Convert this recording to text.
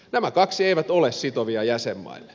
nämä kaksi eivät ole sitovia jäsenmaille